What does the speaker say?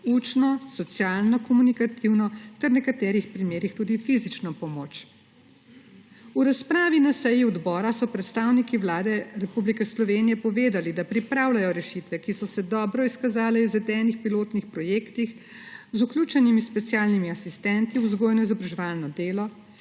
učno, socialno-komunikativno ter nekaterih primerih tudi fizično pomoč. V razpravi na seji odbora so predstavniki Vlade Republike Slovenije povedali, da pripravljajo rešitve, ki so se dobro izkazale v izvedenih pilotnih projektih, z vključenimi specialnimi asistenti v vzgojno-izobraževalno delo,